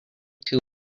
two